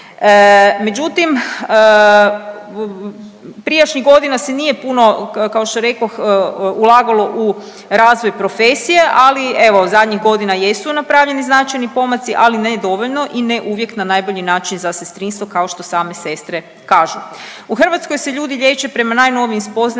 Međutim, prijašnjih godina se nije puno, kao što rekoh, ulazilo u razvoj profesije, ali evo, zadnjih godina jesu napravljeni značajni pomaci, ali ne dovoljno i ne uvijek na najbolji način za sestrinstvo, kao što same sestre kažu. U Hrvatskoj se ljudi liječe prema najnovijim spoznajama